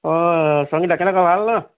অঁ সংগীতা কেনেকুৱা ভাল ন